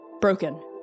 broken